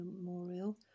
Memorial